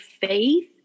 faith